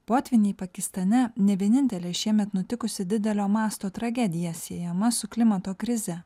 potvyniai pakistane ne vienintelė šiemet nutikusi didelio masto tragedija siejama su klimato krize